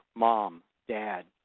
mom, dad,